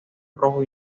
rojo